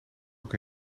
ook